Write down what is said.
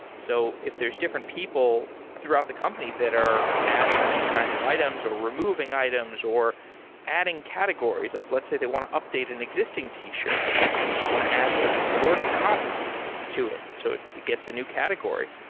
so if there're different people throughout the company that are adding these kinds of items, or removing items, or adding categories. like let's say they want to update an existing t-shirt, like they want to add the the word cotton to it so it it gets a new category,